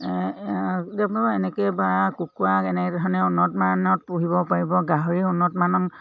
এনেকে বা কুকুৰাক এনেধৰণে উন্নত মানত পুহিব পাৰিব গাহৰি উন্নত মানত